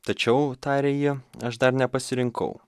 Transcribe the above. tačiau tarė ji aš dar nepasirinkau